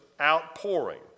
outpouring